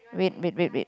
wait wait wait wait